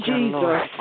Jesus